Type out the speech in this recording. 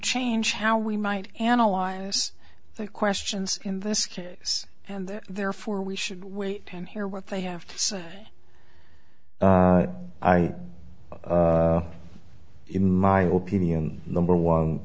change how we might analyze the questions in this case and therefore we should wait and hear what they have to say i in my opinion number one